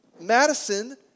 Madison